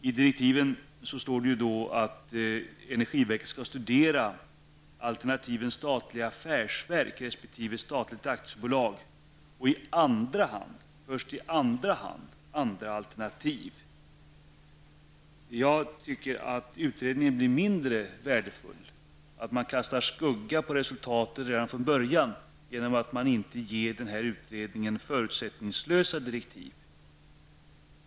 I direktiven står det ju att energiverket skall studera alternativen statligt affärsverk resp. statligt aktiebolag. Först i andra hand skall andra alternativ studeras. Jag tycker att utredningen därmed blir mindre värdefull. Man kastar en skugga över resultatet redan från början genom att inte ge utredningen förutsättningslösa direktiv.